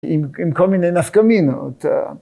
עם כל מיני נפקא מינות.